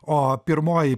o pirmoji